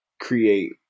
create